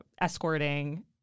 escorting